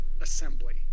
assembly